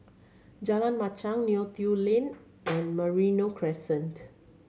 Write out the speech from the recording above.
Jalan Machang Neo Tiew Lane and Merino Crescent